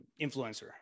influencer